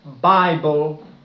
Bible